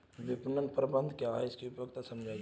विपणन प्रबंधन क्या है इसकी उपयोगिता समझाइए?